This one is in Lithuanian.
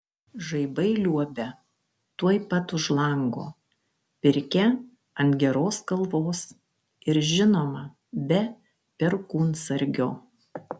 žaibai liuobia tuoj pat už lango pirkia ant geros kalvos ir žinoma be perkūnsargio